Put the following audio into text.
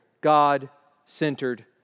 God-centered